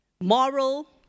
moral